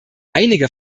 einige